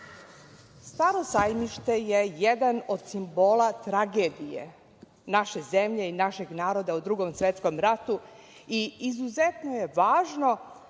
sajmište“ je jedan od simbola tragedije naše zemlje i našeg naroda, u Drugom svetskom ratu i izuzetno je važno